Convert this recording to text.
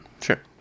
Sure